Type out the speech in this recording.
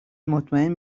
مطمئن